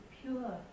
pure